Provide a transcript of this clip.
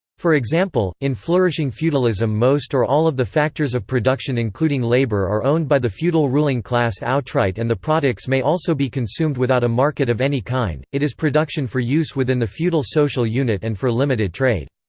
for example, in flourishing feudalism most or all of the factors of production including labour are owned by the feudal ruling class outright and the products may also be consumed without a market of any kind, it is production for use within the feudal social unit and for limited trade.